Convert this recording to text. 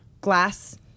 glass